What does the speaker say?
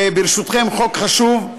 וברשותכם, חוק חשוב: